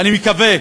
ואני מקווה